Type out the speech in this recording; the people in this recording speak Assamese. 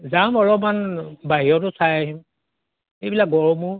যাম অলপমান বাহিৰতো চাই আহিম এইবিলাক গড়মূৰ